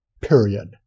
period